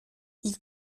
ils